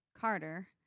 Carter